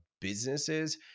businesses